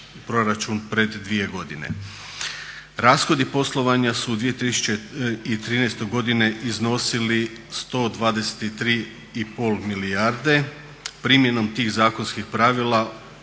Rashodi poslovanja su u 2013. godini iznosili 123 i pol milijarde. Primjenom tih zakonskih pravila od